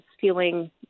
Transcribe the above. feeling